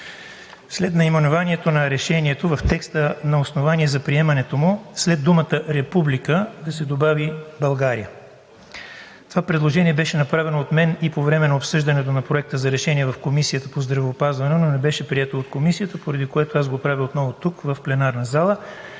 след наименованието на решението в текста на основание за приемането му след думата „Република“ да се добави „България“. Това предложение беше направено от мен и по време на обсъждането на Проекта за решение в Комисията по здравеопазването, но не беше прието от Комисията, поради което го правя отново в пленарната зала.